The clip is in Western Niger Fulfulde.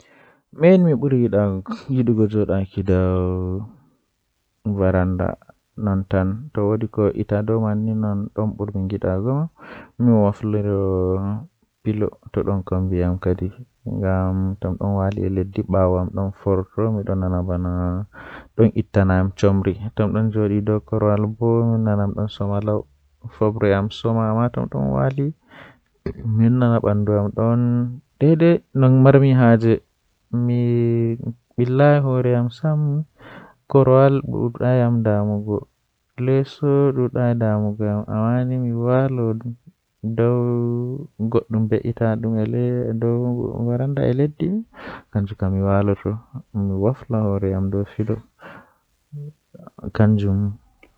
Jamanu ko saali be jamanu jotta feerotiri masin, eh dalila bo kanjum woni naane be jamanu jooni ko dume hoiti naa ba naane kujeeji jei nane gada daya satodo amma jooni hundeeji man gaba daya hoyi ko a andi fuu.